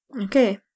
Okay